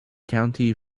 county